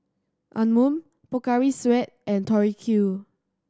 Anmum Pocari Sweat and Tori Q